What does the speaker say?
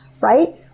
right